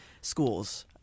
schools